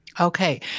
Okay